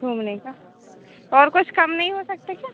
घूमने का और कुछ कम हीं हो सकता क्या